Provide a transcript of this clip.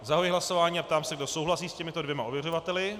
Zahajuji hlasování a ptám se, kdo souhlasí s těmito dvěma ověřovateli.